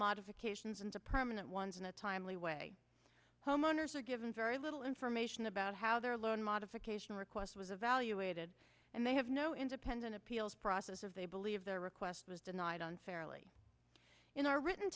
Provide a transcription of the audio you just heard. modifications into permanent ones in a timely way homeowners are given very little information about how their loan modification request was evaluated and they have no independent appeals process of they believe their request was denied unfairly in our written